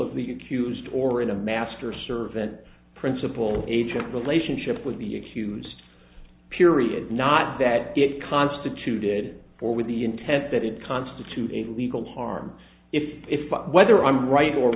of the accused or in a master servant principal agent relationship with the accused period not that it constituted for with the intent that it constitutes a legal harm if if but whether i'm right or